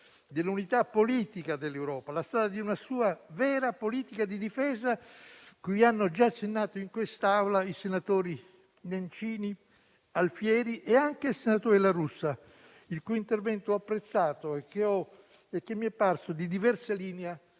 dell'unità politica dell'Europa, la strada di una sua vera politica di difesa cui hanno già accennato in quest'Aula i senatori Nencini, Alfieri e anche il senatore La Russa, il cui intervento ho apprezzato e che mi è parso di diversa linea